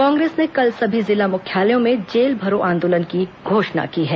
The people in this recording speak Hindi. कांग्रेस ने कल सभी जिला मुख्यालयों में जेल भरो आंदोलन की घोषणा की है